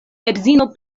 edzino